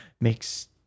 makes